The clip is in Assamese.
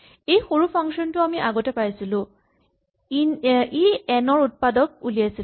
এই সৰু ফাংচন টো আমি আগতে পাইছিলো ই এন ৰ উৎপাদক উলিয়াইছিলে